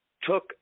took